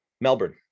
Melbourne